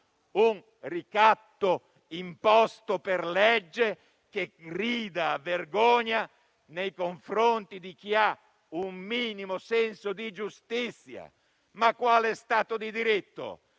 un ricatto imposto per legge che grida vergogna nei confronti di chi ha un minimo senso di giustizia. Ma quale Stato di diritto